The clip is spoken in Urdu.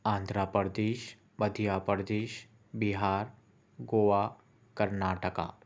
آندھرا پردیش مدھیہ پردیش بِھار گوا کرناٹکا